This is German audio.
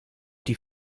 die